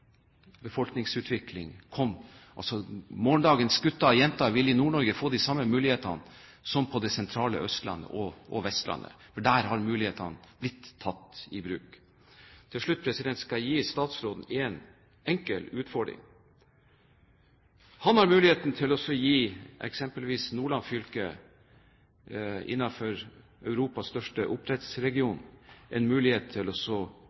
Morgendagens gutter og jenter vil i Nord-Norge få de samme mulighetene som på det sentrale Østlandet og Vestlandet, for der har mulighetene blitt tatt i bruk. Til slutt skal jeg gi statsråden en enkel utfordring: Har man innenfor Europas største oppdrettsregion mulighet til å tildele eksempelvis Nordland fylke